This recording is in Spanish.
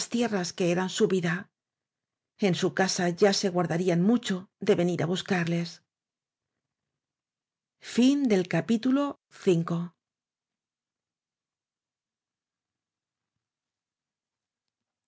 tierras que ran su vida en su casa ya se guardarían mucho de venir á buscarles